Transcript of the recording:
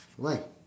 why